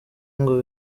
ngo